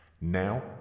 Now